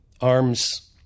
arms